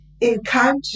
encounter